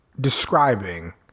describing